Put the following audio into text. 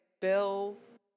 bills